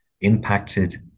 impacted